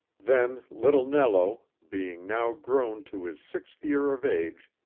then little nello, being now grown to his sixth year of age,